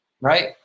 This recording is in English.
right